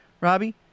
Robbie